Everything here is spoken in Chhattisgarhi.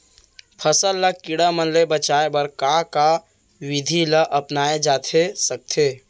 फसल ल कीड़ा मन ले बचाये बर का का विधि ल अपनाये जाथे सकथे?